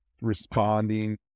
responding